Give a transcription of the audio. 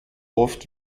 oft